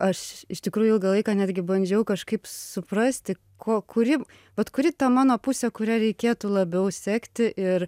aš iš tikrųjų ilgą laiką netgi bandžiau kažkaip suprasti ko kuri vat kuri ta mano pusė kuria reikėtų labiau sekti ir